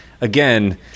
again